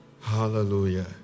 Hallelujah